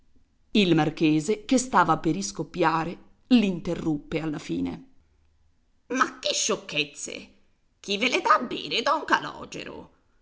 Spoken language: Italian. il marchese che stava per iscoppiare l'interruppe alla fine ma che sciocchezze chi ve le dà a bere don calogero